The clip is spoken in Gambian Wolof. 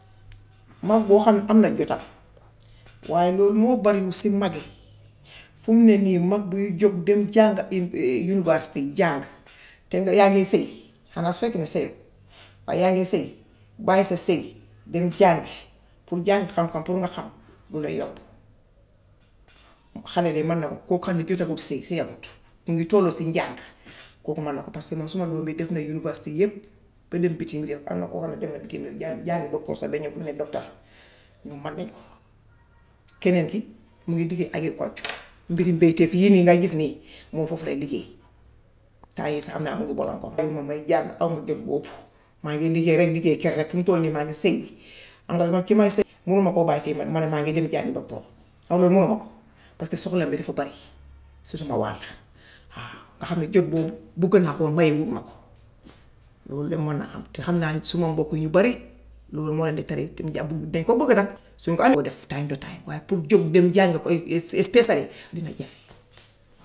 Mag boo xam ne am na jotam waaye loolu moo bariwul si mag yi. Fim ne nii mag buy jóg dem jàngi university jàng te yaa ngay sëy xanaa su fekkee sëyoo waaye yaa ngee sëy bàyyi sa sëy, dem jàngi pour jàngi xam-xam pour nga xam loola yombut; xale de man na ko, koo xam ne jotagul sëy, sëyagut, mu ngi tolloo si njàng. Kooku man na ka paska suma doom bi university yépp ba nekk bitim-réew. Am na koo xam ni tamit kii la jàngi doctor ba ñów fim ne doctor la moom man na ko. Keneen ki mu ngee liggéey agriculture mbirum mbetéef. Li nga gis nii moom foof lay liggéey temps yii sax xam naa mu ngee waaye bi maay jàng awma jot boobu. Maa ngi liggéey rekk, liggéey ker rekk fim toll nii maa ngi sëy. Moo tax man ki maay sëyal mun ma koo bàyyi fii man ne maa ngi dem jàngi doctor. Loolu manuma ko paska soxla bi dafa bari si suma wàlla. Waaw nga xam ni jot boobu bugg naa ko waaye mayehuy ma ko. Loolu du man a am te xam naa suma mbokkk yi ñu bari loolu moo leen di tere dañ ko bugga nag. Suñ ko amee di ko def time to time waaye pour jóg dem jàngi ko specially dina jafe.